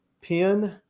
pin